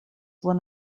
one